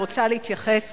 אני רוצה להתייחס